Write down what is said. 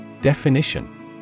Definition